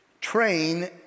train